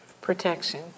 Protection